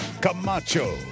Camacho